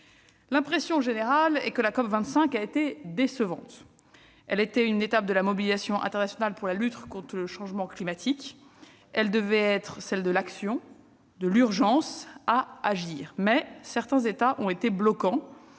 l'impression générale, la COP25 a été décevante. Nouvelle étape de la mobilisation internationale pour la lutte contre le changement climatique, elle devait être celle de l'action, de l'urgence à agir. Mais elle a été bloquée